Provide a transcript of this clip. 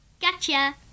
Gotcha